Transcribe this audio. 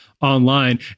online